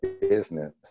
business